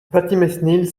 vatimesnil